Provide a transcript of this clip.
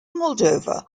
moldova